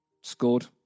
scored